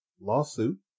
lawsuit